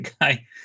guy